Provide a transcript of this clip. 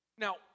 Now